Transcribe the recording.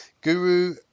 guru